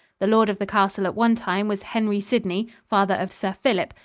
the lord of the castle at one time was henry sidney, father of sir philip,